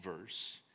verse